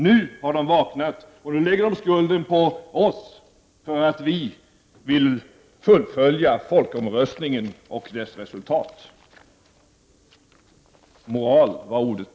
Nu har de vaknat och lägger alltså skulden på oss för att vi vill följa upp resultatet av folkomröstningen. Moral var ordet.